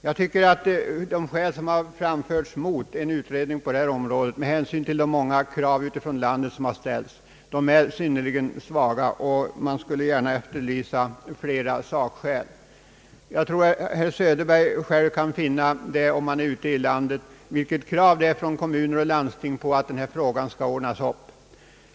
Jag tycker att de skäl som anförts mot förslaget om en utredning på detta område är med hänsyn till de många krav från olika håll ute i landet som ställts synnerligen svaga, och jag skulle gärna vilja efterlysa flera sakskäl. Jag tror att herr Söderberg själv kan märka de krav som ställs från kommuner och landsting på att denna fråga skall lösas.